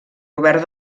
robert